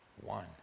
one